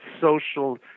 social